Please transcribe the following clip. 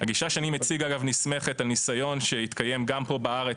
הגישה שאני מציג נסמכת על ניסיון שהתקיים גם פה בארץ